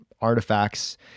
artifacts